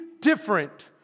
different